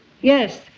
Yes